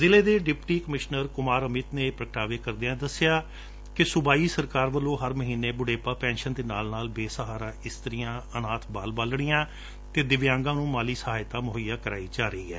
ਜਿਲ੍ਹੇ ਦੇ deputy commissioner Kumar Amit ਨੇ ਇਹ ਪ੍ਰਗਟਾਵੇ ਕਰਦਿਆਂ ਦੱਸਿਆ ਕਿ ਸੂਬਾਈ ਸਰਕਾਰ ਵੱਲੋ ਹਰ ਮਹੀਨੇ ਬੁਢਾਪਾ ਪੈਂਸ਼ਨਾਂ ਦੇ ਨਾਲ ਨਾਲ ਬੇਸਹਾਰਾ ਇਸਤ੍ੀਆਂ ਅਨਾਥ ਬਾਲ ਬਾਲੜੀਆਂ ਅਤੇ ਦਿਵਿਆਂਗਾਂ ਨੂੰ ਮਾਲੀ ਸਹਾਇਤਾ ਮੁਹੱਈਆ ਕਰਵਾਈ ਜਾ ਰਹੀ ਹੈ